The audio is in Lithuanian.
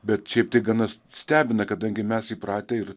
bet šiaip tai gana stebina kadangi mes įpratę ir